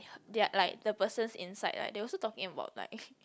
they are like the person inside right they also talking about like